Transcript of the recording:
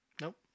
Nope